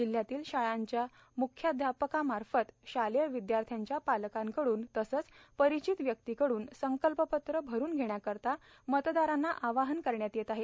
जिल्ह्यातील शाळांच्या मुख्याध्यापकामार्फत शालेय विदयार्थ्यांच्या पालकांकड्न तसंच परिचित व्यक्तीकड्न संकल्पपत्र भरून घेण्याकरता मतदारांना आवाहन करण्यात येत आहे